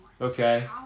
Okay